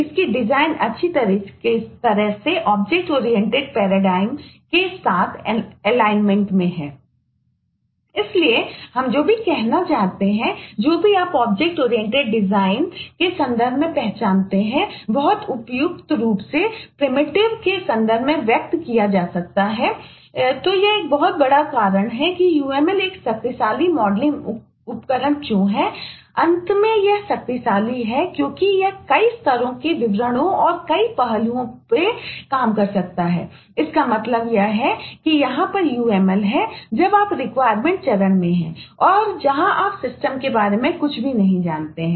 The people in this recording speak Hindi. इसलिए हम जो भी कहना चाहते हैं या जो भी आप ऑब्जेक्ट ओरिएंटेड और डिज़ाइन चरण में है और जहां आप सिस्टम के बारे में कुछ भी नहीं जानते हैं